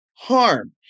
harm